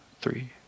three